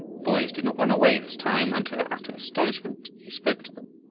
boys did not run away this time, and to their utter astonishment he spoke to them.